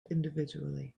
individually